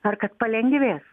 ar kad palengvės